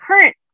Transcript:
current